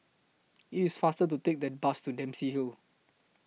IT IS faster to Take The Bus to Dempsey Hill